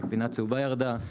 הגבינה הצהובה ירדה,